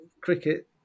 cricket